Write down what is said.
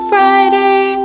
Friday